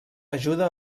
ajuda